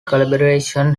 collaboration